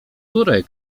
której